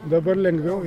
dabar lengviau